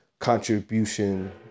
Contribution